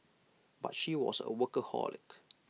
but she was A workaholic